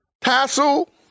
tassel